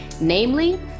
Namely